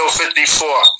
54